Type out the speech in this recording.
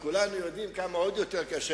מאוד אנשים